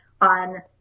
on